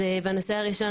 בנושא הראשון,